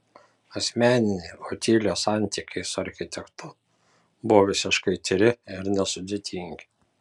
asmeniniai otilijos santykiai su architektu buvo visiškai tyri ir nesudėtingi